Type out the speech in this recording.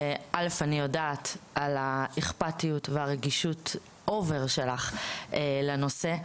אני יודעת על האכפתיות והרגישות אובר שלך לנושא,